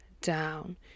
down